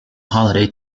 holiday